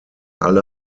alle